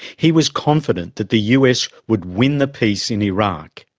he was confident that the us would win the peace in iraq.